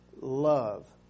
love